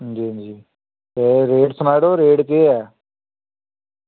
हां जी हां जी ते रेट सनाई ओड़ेओ रेट केह् ऐ